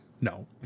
No